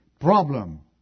problem